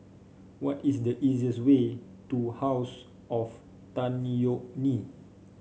what is the easiest way to House of Tan Yeok Nee